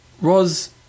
Roz